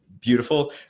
beautiful